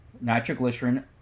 nitroglycerin